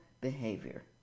behavior